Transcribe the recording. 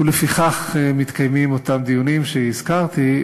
לפיכך מתקיימים אותם דיונים שהזכרתי,